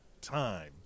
time